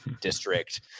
district